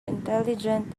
intelligent